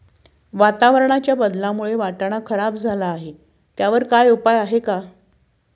वातावरणाच्या बदलामुळे वाटाणा खराब झाला आहे त्याच्यावर काय उपाय आहे का?